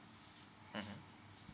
mmhmm